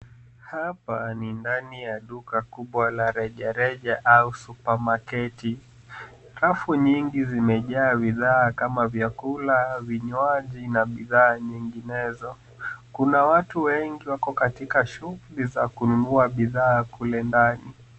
Hapa ni ndani ya duka la reja reja au supamaketi. Rafu nyingi zimejaa bidhaa kama vyakula, vinywaji na bidhaa nyinginezo. Kuna watu wanaoingia katika sehemu mbalimbali kununua bidhaa zilizomo ndani.